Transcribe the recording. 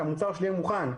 כשהמוצר שלי יהיה מוכן,